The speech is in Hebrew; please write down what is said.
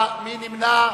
מי נמנע?